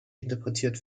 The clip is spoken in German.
interpretiert